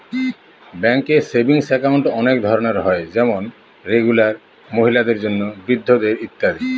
ব্যাঙ্কে savings account অনেক ধরনের হয় যেমন রেগুলার, মহিলাদের জন্য, বৃদ্ধদের ইত্যাদি